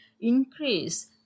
increase